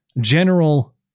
general